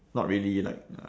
not really like uh